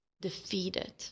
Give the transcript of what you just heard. defeated